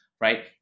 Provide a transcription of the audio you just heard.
right